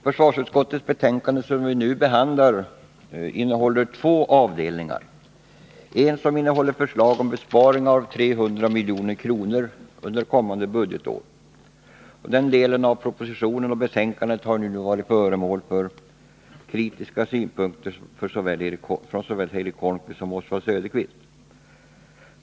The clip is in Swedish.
Herr talman! Det betänkande från försvarsutskottet som vi nu behandlar innehåller två avdelningar. Den första avdelningen behandlar förslag om besparingar med 300 milj.kr. under kommande budgetår. Mot den delen av propositionen och betänkandet har nu Eric Holmqvist och Oswald Söderqvist riktat kritiska synpunkter.